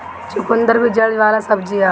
चुकंदर भी जड़ वाला सब्जी हअ